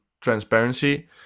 transparency